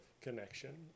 connection